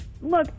Look